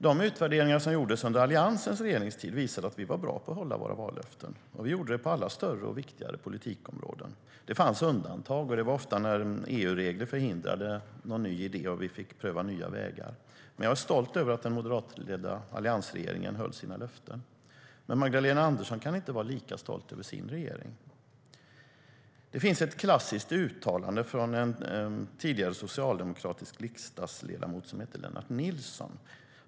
De utvärderingar som gjordes under Alliansens regeringstid visade att vi var bra på att hålla våra vallöften, och vi gjorde det på alla större och viktigare politikområden. Det fanns undantag. Det var ofta när EU-regler förhindrade någon ny idé och vi fick pröva nya vägar. Jag är stolt över att den moderatledda alliansregeringen höll sina löften. Magdalena Andersson kan inte vara lika stolt över sin regering. Det finns ett klassiskt uttalande från en tidigare socialdemokratisk riksdagsledamot som heter Lennart Nilsson.